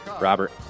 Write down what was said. Robert